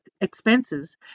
expenses